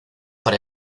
para